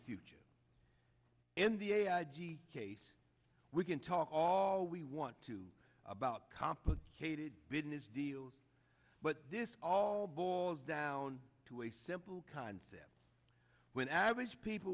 future in the a r g case we can talk all we want to about complicated business deals but this all boils down to a simple concept when average people